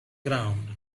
ground